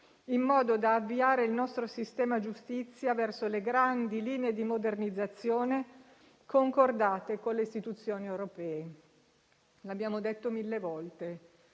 in modo da avviare il nostro sistema giustizia verso le grandi linee di modernizzazione concordate con le istituzioni europee. L'abbiamo detto mille volte: